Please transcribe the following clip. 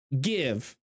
give